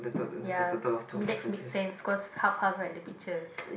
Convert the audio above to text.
ya I mean that's make sense cause half half right the picture